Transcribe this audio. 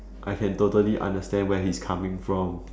I can totally understand where he is coming from